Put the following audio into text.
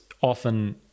often